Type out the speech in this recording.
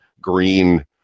green